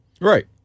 Right